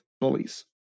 bullies